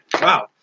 Wow